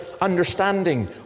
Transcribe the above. understanding